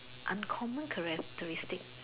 uncommon characteristic